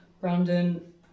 Brandon